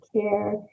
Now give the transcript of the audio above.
care